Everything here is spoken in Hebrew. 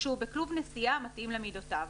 כשהוא בכלוב נשיאה המתאים למידותיו,